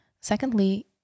Secondly